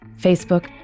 Facebook